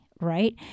right